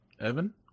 Evan